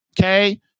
Okay